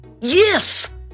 Yes